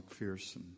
McPherson